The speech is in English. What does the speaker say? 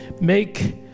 make